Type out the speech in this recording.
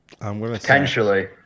Potentially